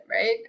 right